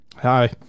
hi